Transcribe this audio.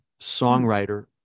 songwriter